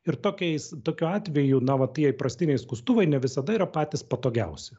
ir tokiais tokiu atveju na va tie įprastiniai skustuvai ne visada yra patys patogiausi